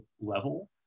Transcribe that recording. level